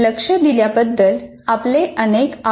लक्ष दिल्याबद्दल आपले अनेक आभार